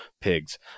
pigs